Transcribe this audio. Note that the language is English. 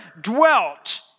dwelt